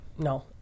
no